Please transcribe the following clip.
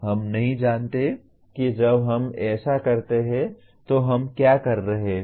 हम नहीं जानते कि जब हम ऐसा करते हैं तो हम क्या कर रहे हैं